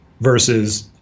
versus